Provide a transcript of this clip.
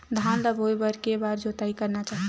धान ल बोए बर के बार जोताई करना चाही?